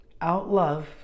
Out-love